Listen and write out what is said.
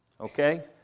okay